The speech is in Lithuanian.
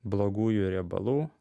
blogųjų riebalų